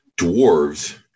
dwarves